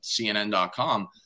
CNN.com